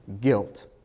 guilt